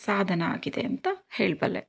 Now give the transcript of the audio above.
ಸಾಧನ ಆಗಿದೆ ಅಂತ ಹೇಳಬಲ್ಲೆ